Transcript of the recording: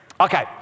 Okay